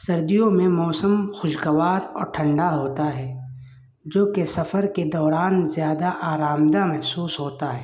سردیوں میں موسم خوشگوار اور ٹھنڈا ہوتا ہے جو کہ سفر کے دوران زیادہ آرام دہ محسوس ہوتا ہے